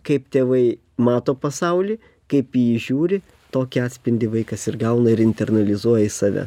kaip tėvai mato pasaulį kaip į jį žiūri tokį atspindį vaikas ir gauna ir internalizacija į save